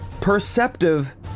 perceptive